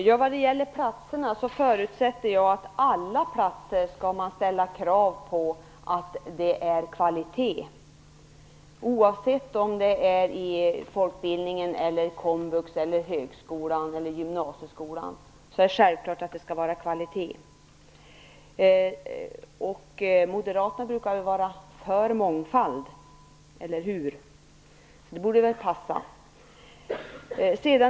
Herr talman! Jag förutsätter att man skall ställa kravet att alla platser skall ha kvalitet. Oavsett om det gäller folkbildningen, komvux, gymnasieskolan eller högskolan skall det självklart vara kvalitet. Moderaterna brukar vara för mångfald, eller hur? Därför borde väl det jag här nämnt passa.